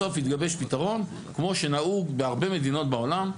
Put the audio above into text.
בסוף יתגבש פתרון כמו שנהוג בהרבה מדינות בעולם,